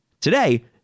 today